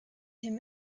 him